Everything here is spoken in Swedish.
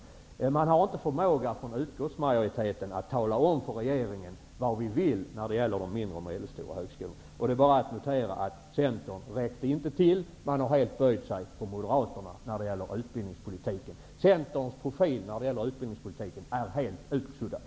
Utskottsmajoriteten har inte förmågan att tala om för regeringen vad man vill när det gäller de mindre och medelstora högskolorna. Det är bara att notera att Centern inte räckte till. Centern har helt böjt sig för Moderaterna när det gäller utbildningspolitiken. Centerns profil när det gäller utbildningspolitiken är helt utsuddad.